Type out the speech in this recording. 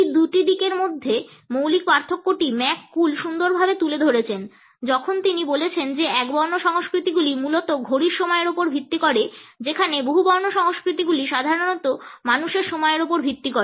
এই দুটি দিকের মধ্যে মৌলিক পার্থক্যটি ম্যাক কুল সুন্দরভাবে তুলে ধরেছেন যখন তিনি বলেছেন যে একবর্ণ সংস্কৃতিগুলি মূলত ঘড়ির সময়ের উপর ভিত্তি করে যেখানে বহুবর্ণ সংস্কৃতিগুলি সাধারণত মানুষের সময়ের উপর ভিত্তি করে